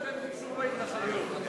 את ההתנחלויות.